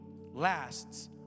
lasts